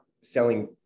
selling